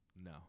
No